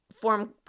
form